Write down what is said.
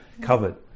covered